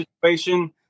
situation